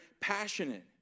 passionate